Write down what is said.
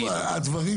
העבר.